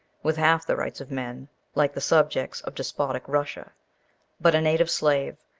with half the rights of men like the subjects of despotic russia but a native slave,